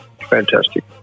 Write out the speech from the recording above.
Fantastic